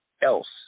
else